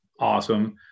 Awesome